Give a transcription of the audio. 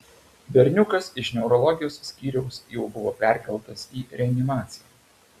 berniukas iš neurologijos skyriaus jau buvo perkeltas į reanimaciją